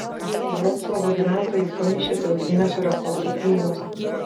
vroclavo gyventojai pamišę dėl gineso rekordų knygos